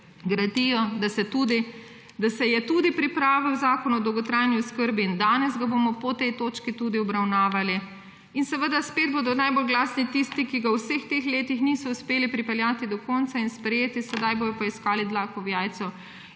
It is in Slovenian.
gradijo, da se je pripravil tudi zakon o dolgotrajni oskrbi in ga bomo danes po tej točki obravnavali. Seveda, spet bodo najbolj glasni tisti, ki ga v vseh teh letih niso uspeli pripeljati do konca in sprejeti, sedaj bodo pa iskali dlako v jajcu.